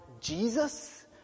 Jesus